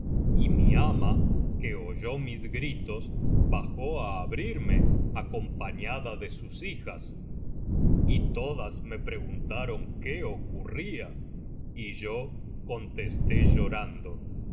y mi ama que oyó mis gritos bajó á abrirme acompañada de sus hijas y todas me preguntaron qué ocurría y yo contesté llorando mi